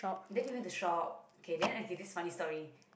then we went to shop okay then okay this is funny story